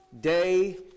day